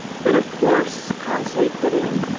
but of course, conseil put in,